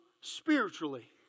spiritually